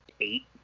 eight